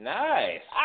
nice